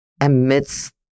amidst